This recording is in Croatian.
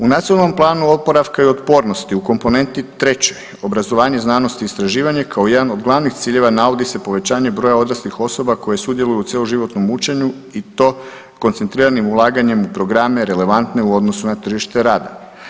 U Nacionalnom planu oporavka i otpornosti u komponenti trećoj obrazovanje, znanost i istraživanje kao jedan od glavnih ciljeva navodi se povećanje broja odraslih osoba koje sudjeluju u cjeloživotnom učenju i to koncentriranim ulaganjem u programe relevantne u odnosu na tržištu rada.